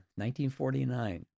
1949